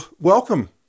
welcome